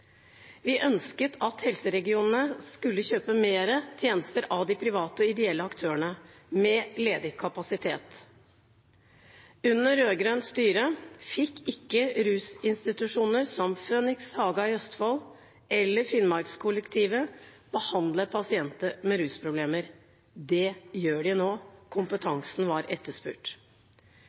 Vi ønsket at helseregionene skulle kjøpe flere tjenester av private og ideelle aktører med ledig kapasitet. Under rød-grønt styre fikk ikke rusinstitusjoner som Phoenix Haga i Østfold eller Finnmarkskollektivet behandle pasienter med rusproblemer. Det gjør de nå.